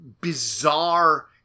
bizarre